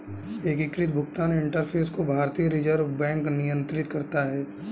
एकीकृत भुगतान इंटरफ़ेस को भारतीय रिजर्व बैंक नियंत्रित करता है